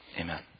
Amen